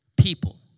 people